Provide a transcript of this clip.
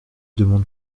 demande